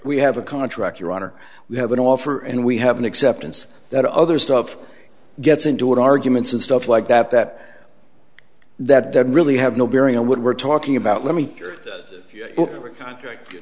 we have a contract your honor we have an offer and we have an acceptance that other stuff gets into it arguments and stuff like that that that doesn't really have no bearing on what we're talking about let me c